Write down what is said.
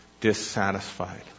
dissatisfied